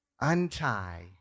untie